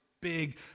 big